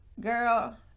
girl